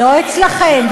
לא אצלכם.